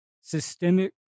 systemic